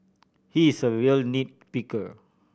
he is a real nit picker